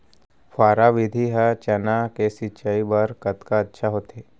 फव्वारा विधि ह चना के सिंचाई बर कतका अच्छा होथे?